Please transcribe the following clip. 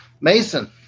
Mason